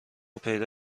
پیدا